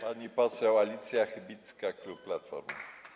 Pani poseł Alicja Chybicka, klub Platformy.